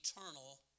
eternal